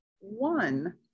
One